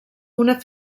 una